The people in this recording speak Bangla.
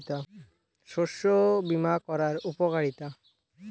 শস্য বিমা করার উপকারীতা?